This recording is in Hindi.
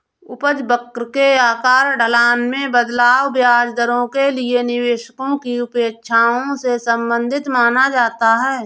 उपज वक्र के आकार, ढलान में बदलाव, ब्याज दरों के लिए निवेशकों की अपेक्षाओं से संबंधित माना जाता है